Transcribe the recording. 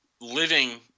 living